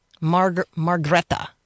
margaretta